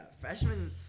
Freshman